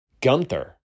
Gunther